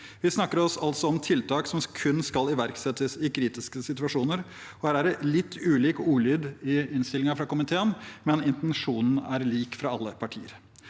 Vi snakker altså om tiltak som kun skal iverksettes i kritiske situasjoner. Her er det litt ulik ordlyd i innstillingen fra komiteen, men intensjonen er lik fra alle partier.